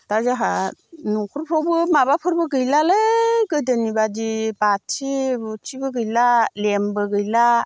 दा जाहा न'खरफोरावबो माबाफोरबो गैला गोदोनि बादि बाथि बुथिबो गैला लेम्पबो गैला